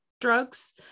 drugs